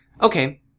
Okay